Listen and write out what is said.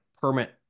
permit